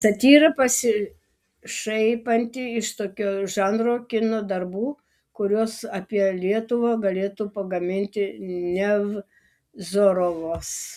satyra pasišaipanti iš tokio žanro kino darbų kuriuos apie lietuvą galėtų pagaminti nevzorovas